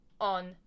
on